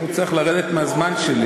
הוחלט אבל לא תוקצב, זה צריך לרדת מהזמן שלי.